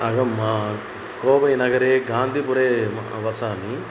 अहं कोवैनगरे गान्धीपुरे म वसामि